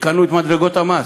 עדכנו את מדרגות המס.